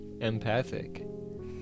empathic